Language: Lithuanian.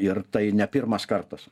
ir tai ne pirmas kartas